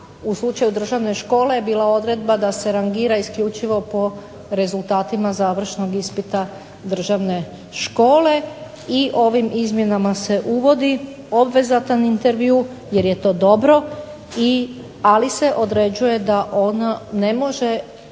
u slučaju državne škole je bila odredba da se rangira isključivo po rezultatima završnog ispita državne škole, i ovim izmjenama se uvodi obvezatan intervju, jer je to dobro, ali se određuje da ona ne može